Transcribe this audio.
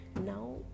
now